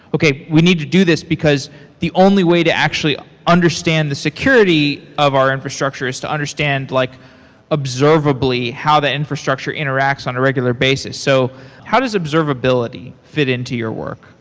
okay. we need to do this, because the only way to actually understand the security of our infrastructure is to understand like observably how the infrastructure interacts on a regular basis. so how does observability fit into your work?